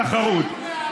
תחרות.